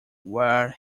where